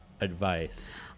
Advice